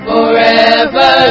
Forever